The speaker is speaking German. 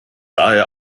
daher